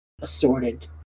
Assorted